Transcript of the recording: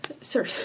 sir